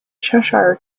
cheshire